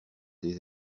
des